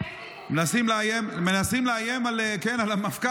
--- כן, מנסים לאיים על המפכ"ל.